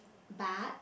but